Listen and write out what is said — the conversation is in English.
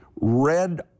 red